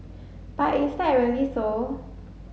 but is that really so